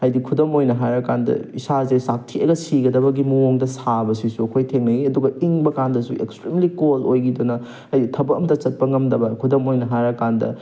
ꯍꯥꯏꯗꯤ ꯈꯨꯗꯝ ꯑꯣꯏꯅ ꯍꯥꯏꯔꯀꯥꯟꯗ ꯏꯁꯥꯁꯦ ꯆꯥꯛꯊꯦꯛꯑꯒ ꯁꯤꯒꯗꯕꯒꯤ ꯃꯑꯣꯡꯗ ꯁꯥꯕꯁꯤꯁꯨ ꯑꯩꯈꯣꯏ ꯊꯦꯡꯅꯩ ꯑꯗꯨꯒ ꯏꯪꯕ ꯀꯥꯟꯗꯁꯨ ꯑꯦꯛꯁꯇ꯭ꯔꯤꯝꯂꯤ ꯀꯣꯜ ꯑꯣꯏꯈꯤꯗꯅ ꯍꯥꯏꯗꯤ ꯊꯕꯛ ꯑꯝꯇ ꯆꯠꯄ ꯉꯝꯗꯕ ꯈꯨꯗꯝ ꯑꯣꯏꯅ ꯍꯥꯏꯔ ꯀꯥꯟꯗ